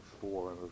four